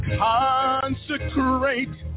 consecrate